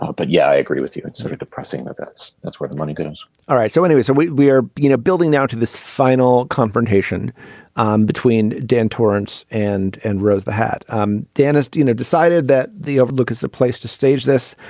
ah but yeah i agree with you it's sort of depressing that that's that's where the money goes ah right. so anyway so we we are you know building now to this final confrontation um between dan torrance and and rose the hat um dentist you know decided that the overlook is the place to stage this